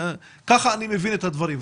כך אני מבין את הדברים,